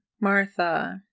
Martha